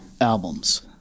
albums